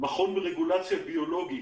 מכון לרגולציה ביולוגית,